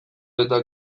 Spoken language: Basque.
eta